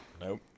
Nope